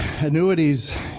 annuities